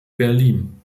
berlin